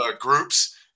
groups